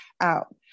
out